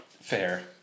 fair